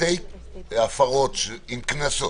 שתי הפרות עם קנסות.